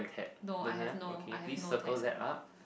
no I have no I have no text at all